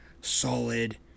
solid